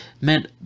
meant